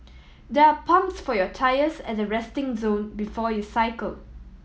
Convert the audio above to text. there are pumps for your tyres at the resting zone before you cycle